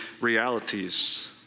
realities